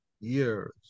years